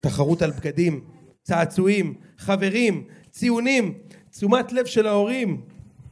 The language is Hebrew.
תחרות על בגדים, צעצועים, חברים, ציונים, תשומת לב של ההורים